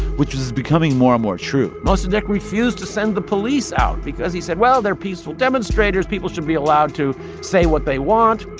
which was becoming more and more true mossadegh refused to send the police out because he said, well, they're peaceful demonstrators. people should be allowed to say what they want.